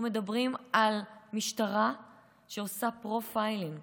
אנחנו מדברים על משטרה שעושה פרופיילינג,